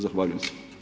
Zahvaljujem.